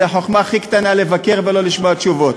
זו החוכמה הכי קטנה לבקר ולא לשמוע תשובות.